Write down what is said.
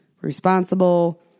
responsible